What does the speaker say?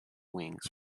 wings